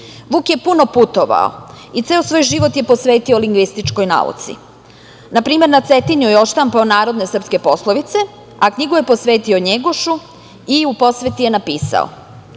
Vuk je puno putovao i ceo svoj život je posvetio lingvističkoj nauci. Na primer, na Cetinju je odštampao narodne srpske poslovice, a knjigu je posvetio Njegošu i u posveti je napisao